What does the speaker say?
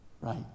right